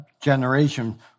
generation